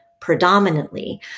predominantly